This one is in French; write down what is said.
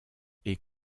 est